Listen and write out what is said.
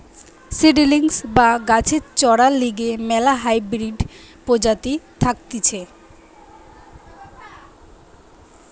seedlings বা গাছের চরার লিগে ম্যালা হাইব্রিড প্রজাতি থাকতিছে